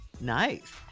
Nice